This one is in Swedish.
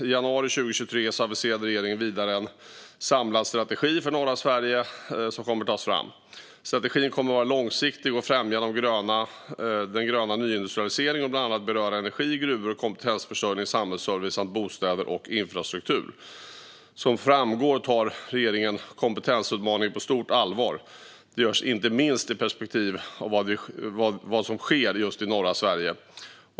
I januari 2023 aviserade regeringen vidare att en samlad strategi för norra Sverige kommer att tas fram. Strategin kommer att vara långsiktig och främja den gröna nyindustrialiseringen och bland annat beröra energi, gruvor, kompetensförsörjning, samhällsservice samt bostäder och infrastruktur. Som framgår tar regeringen kompetensutmaningen på stort allvar. Det görs inte minst i perspektiv av vad som sker just i norra Sverige.